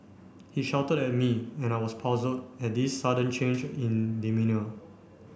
he shouted at me and I was puzzled at this sudden change in demeanour